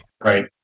Right